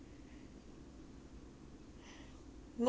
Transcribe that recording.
no 那个游泳池是高的 mah 看不到的